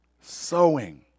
Sowing